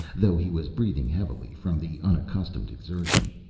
though he was breathing heavily from the unaccustomed exertion.